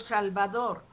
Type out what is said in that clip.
Salvador